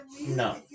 No